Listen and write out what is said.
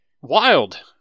wild